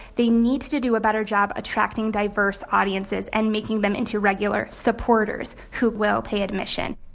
they need to do a better job attracting diverse audiences and making them into regular supporters who will pay admission,